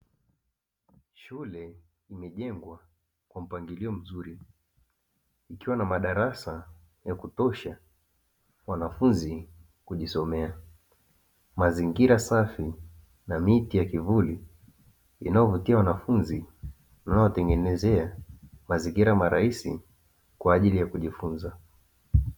Shule imejengwa kwa mpangilio mzuri iliwa na madarasa ya kutosha wanafunzi kujisomea, mazingira safi na miti ya kivuli inayovutia wanafunzi inayowatengenezea mazingira marahisi kwaajili ya kujifunza.